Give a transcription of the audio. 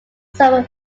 some